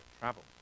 Travel